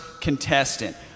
contestant